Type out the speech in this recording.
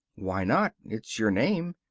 why not? it's your name.